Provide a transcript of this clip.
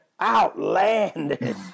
outlandish